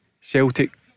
Celtic